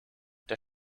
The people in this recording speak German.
der